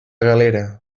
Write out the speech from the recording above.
galera